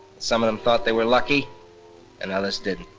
some of them thought they were lucky and others didn't,